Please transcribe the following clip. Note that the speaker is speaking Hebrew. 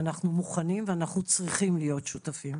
ואנחנו מוכנים ואנחנו צריכים להיות שותפים,